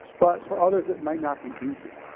but for others, it might not be easy.